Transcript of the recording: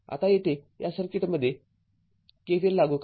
आता येथे या सर्किटमध्ये KVL लागू करा